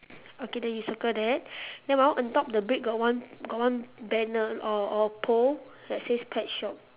okay then you circle that then my one on top the brick got one got one banner or or pole that says pet shop